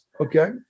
Okay